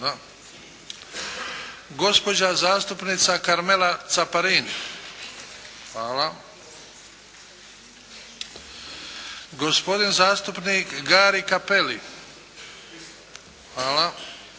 gospodin zastupnik Gari Kapeli